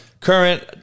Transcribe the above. current